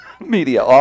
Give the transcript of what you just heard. media